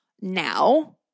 now